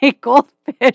goldfish